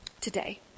today